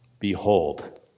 Behold